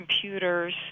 computers